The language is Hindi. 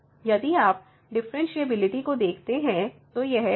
यदि आप डिफ़्फ़रेनशियेबिलिटी को देखते हैं तो यह पहली स्थिति के समान है